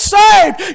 saved